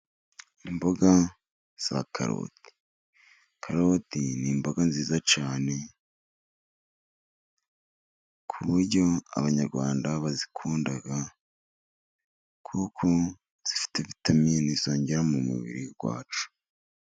Imboga za karoti. Karoti ni imboga nziza cyane, ku buryo abanyarwanda bazikunda, kuko zifite vitamini zongera mu mubiri wacu.